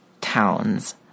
town's